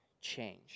change